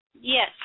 Yes